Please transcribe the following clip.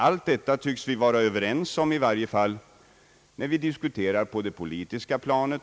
Allt detta tycks vi vara överens om, i varje fall när vi diskuterar på det politiska planet.